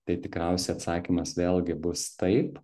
tai tikriausiai atsakymas vėlgi bus taip